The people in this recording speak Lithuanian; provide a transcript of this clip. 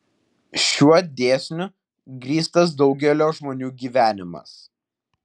šiuo dėsniu grįstas daugelio žmonių gyvenimas